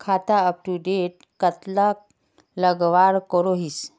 खाता अपटूडेट कतला लगवार करोहीस?